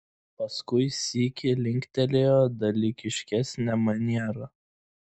paskui sykį linktelėjo dalykiškesne maniera